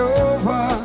over